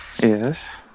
Yes